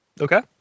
Okay